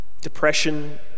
depression